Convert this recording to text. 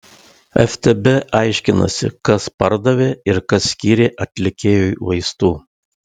ftb aiškinasi kas pardavė ir kas skyrė atlikėjui vaistų